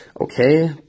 okay